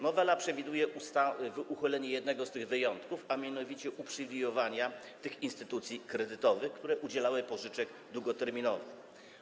Nowela przewiduje uchylenie jednego z tych wyjątków, mianowicie uprzywilejowania tych instytucji kredytowych, które udzielały pożyczek długoterminowych.